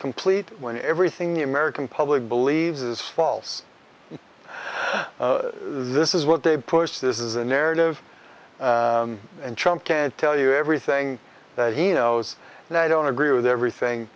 complete when everything the american public believes is false this is what they push this is a narrative and chum can tell you everything that he knows and i don't agree with everything